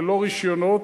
ללא רשיונות.